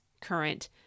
current